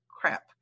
crap